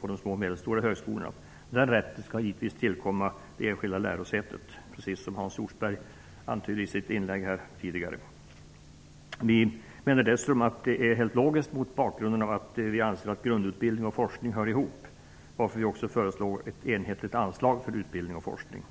på de små och medelstora högskolorna. Den rätten skall givetvis tillkomma det enskilda lärosätet - precis som Hans Hjortzberg-Nordlund antydde i sitt inlägg tidigare i debatten här. Detta är helt logiskt, mot bakgrund av att vi anser att grundutbildning och forskning hör ihop. Därför föreslår vi ett enhetligt anslag för utbildning och forskning.